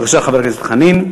בבקשה, חבר הכנסת חנין.